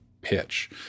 pitch